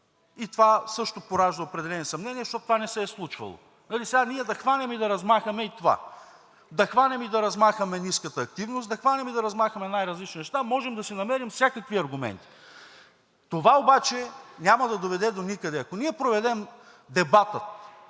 И това също поражда определени съмнения, защото това не се е случвало. И, нали, ние сега да хванем и да размахаме и това. Да хванем и да размахаме ниската активност, да хванем и да размахаме най-различни неща. Може да си намерим всякакви аргументи. Това обаче няма да доведе доникъде. Ако ние проведем дебата